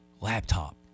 laptop